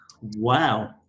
Wow